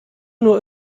nur